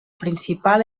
principal